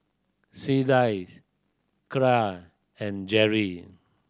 Clydie Kyra and Jerry